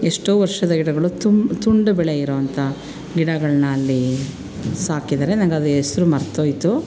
ಎಷ್ಟೋ ವರ್ಷದ ಗಿಡಗಳು ತುಂಬ ತುಂಡು ಬೆಳೆಯಿರುವಂಥ ಗಿಡಗಳನ್ನ ಅಲ್ಲಿಯ ಸಾಕಿದ್ದಾರೆ ನಂಗದು ಹೆಸ್ರು ಮರೆತೋಯ್ತು